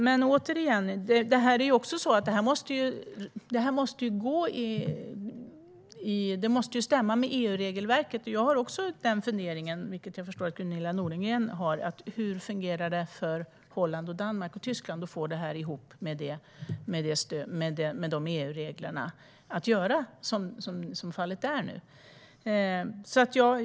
Men detta måste också stämma med EU-regelverket, och jag har samma fundering som jag förstår att Gunilla Nordgren har: Hur fungerar det för Holland, Danmark och Tyskland att få ihop detta med EU-reglerna så att de kan göra som de nu gör?